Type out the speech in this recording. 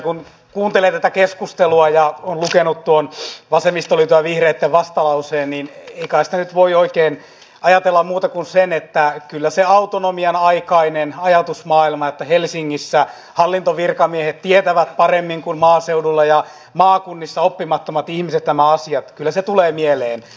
kun kuuntelee tätä keskustelua ja on lukenut tuon vasemmistoliiton ja vihreitten vastalauseen niin ei kai siitä nyt voi oikein muuta ajatella kuin että kyllä se autonomian aikainen ajatusmaailma että helsingissä hallintovirkamiehet tietävät paremmin kuin maaseudulla ja maakunnissa oppimattomat ihmiset nämä asiat tulee mieleen